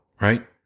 right